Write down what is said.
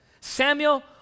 Samuel